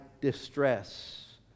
distress